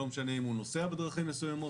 לא משנה אם הוא נוסע בדרכים מסוימות